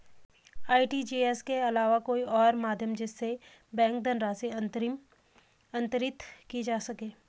RTGS के अलावा कोई और माध्यम जिससे बैंक धनराशि अंतरित की जा सके?